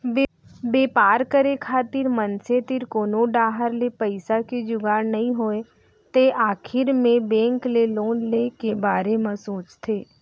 बेपार करे खातिर मनसे तीर कोनो डाहर ले पइसा के जुगाड़ नइ होय तै आखिर मे बेंक ले लोन ले के बारे म सोचथें